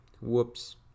Whoops